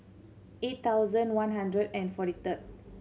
eight thousand one hundred and forty third